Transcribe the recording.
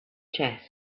chest